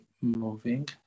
moving